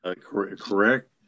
correct